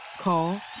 Call